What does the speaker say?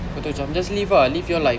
kau tahu cam just live ah live your life